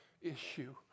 issue